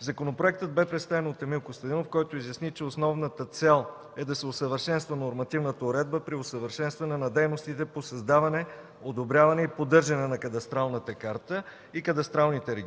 Законопроектът бе представен от Емил Костадинов, който изясни, че основната цел е да се усъвършенства нормативната уредба при усъвършенстване на дейностите по създаване, одобряване и поддържане на кадастралната карта и кадастралните